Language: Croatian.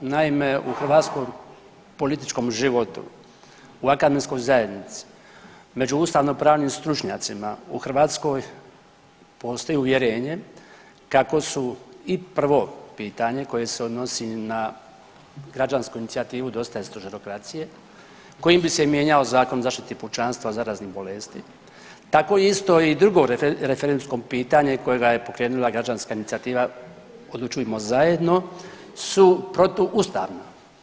Naime, u hrvatskom političkom životu, u akademskoj zajednici, među ustavnopravnim stručnjacima u Hrvatskoj postoji uvjerenje kako su i prvo pitanje koje se odnosi na Građansku inicijativu „Dosta je stožerokracije“ kojim bi se mijenjao Zakon o zaštiti pučanstva od zaraznih bolesti, tako isto i drugo referendumsko pitanje kojega je pokrenula Građanska incijativa „Odlučujmo zajedno“ su protuustavni.